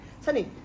Sunny